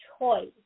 Choice